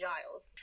Giles